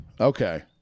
Okay